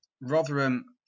Rotherham